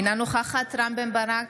אינה נוכחת רם בן ברק,